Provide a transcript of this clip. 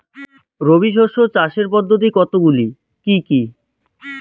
রবি শস্য চাষের পদ্ধতি কতগুলি কি কি?